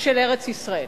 של ארץ-ישראל.